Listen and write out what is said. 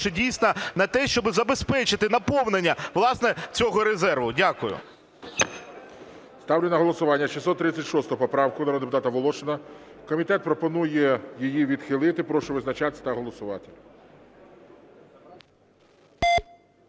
дійсно на те, щоб забезпечити наповнення власне цього резерву. Дякую. ГОЛОВУЮЧИЙ. Ставлю на голосування 636 поправку народного депутата Волошина. Комітет пропонує її відхилити. Прошу визначатися та голосувати.